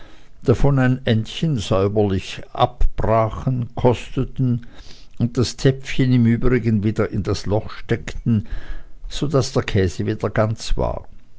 davon ein endchen säuberlich vorn abbrachen kosteten und das zäpfchen im übrigen wieder in das loch steckten daß der käse wieder ganz war